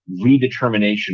redetermination